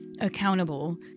accountable